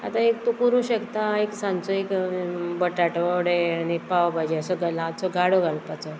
आतां एक तूं करूं शकता एक सांचो एक बटाटो वडे आनी पाव भाजी असो ल्हानसो गाडो घालपाचो